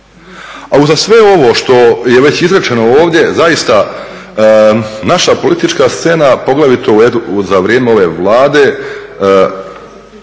A uza sve ovo što je već izrečeno ovdje, zaista, naša politička scena poglavito za vrijeme ove Vlade,